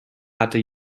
hatte